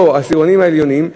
או העשירונים העליונים,